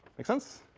make sense?